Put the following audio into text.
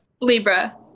Libra